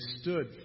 stood